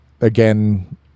again